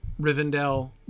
Rivendell